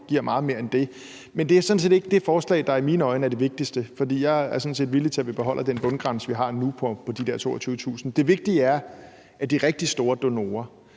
giver meget mere end det, men det er sådan set ikke det forslag, der i mine øjne er det vigtigste, for jeg er sådan set villig til, at vi beholder den bundgrænse, vi har nu på de der 22.000 kr. Det vigtige er de rigtig store donorer